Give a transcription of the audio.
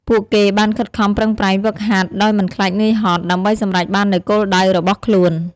ពួកគេបានខិតខំប្រឹងប្រែងហ្វឹកហាត់ដោយមិនខ្លាចនឿយហត់ ដើម្បីសម្រេចបាននូវគោលដៅរបស់ខ្លួន។